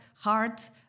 heart